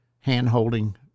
hand-holding